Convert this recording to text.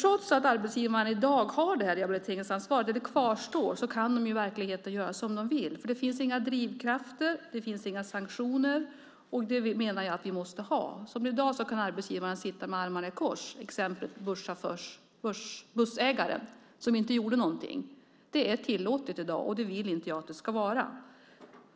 Trots att arbetsgivarnas rehabiliteringsansvar kvarstår kan de i verkligheten göra som de vill, för det finns inga drivkrafter och inga sanktioner. Det menar jag att vi måste ha. Som det är i dag kan arbetsgivaren sitta med armarna i kors, till exempel bussägaren som inte gjorde någonting. Det är tillåtet i dag, men det vill inte jag att det ska vara.